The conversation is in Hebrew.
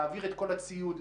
להעביר את כל הציוד,